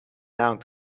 out